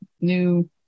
new